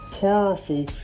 powerful